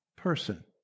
person